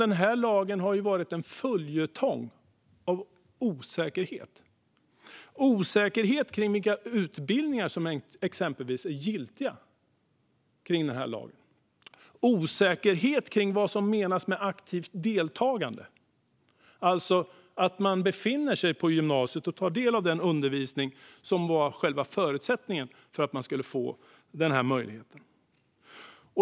Den här lagen har varit en följetong av osäkerhet - osäkerhet kring exempelvis vilka utbildningar som är giltiga när det gäller den här lagen, likaså osäkerhet kring vad som menas med aktivt deltagande, alltså att man befinner sig på gymnasiet och tar del av den undervisning som var själva förutsättningen för att man skulle få denna möjlighet.